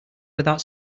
without